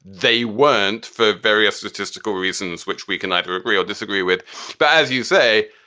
they weren't for various statistical reasons, which we can either agree or disagree with. but as you say,